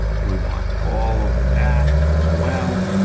we want all over that, as well.